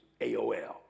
AOL